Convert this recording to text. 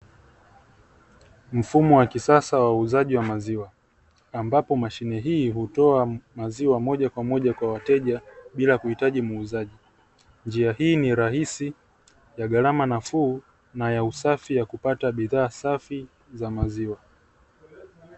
Mfumo wa kisasa wa uuzaji wa maziwa, ambapo mashine hii hutoa maziwa moja kwa moja kwa wateja bila kuhitaji muuzaji. Njia hii ni rahisi, na ya gharama nafuu na ya usafi ya kupata bidhaa safi za maziwa.